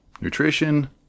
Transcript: nutrition